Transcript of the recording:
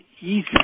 easy